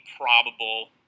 probable